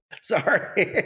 Sorry